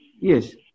Yes